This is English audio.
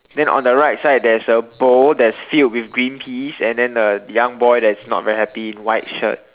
then on the right side there's a bowl that's filled with green peas and then a young boy that's not very happy in white shirt